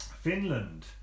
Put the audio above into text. Finland